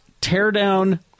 tear-down